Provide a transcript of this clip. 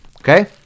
Okay